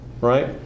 Right